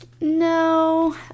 no